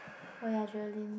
oh ya Adrenaline